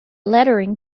lettering